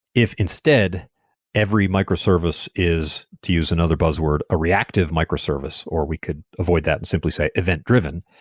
if instead every microservice is, to use another buzzword, a reactive microservice or we could avoid that and simply say event-driven,